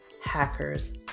hackers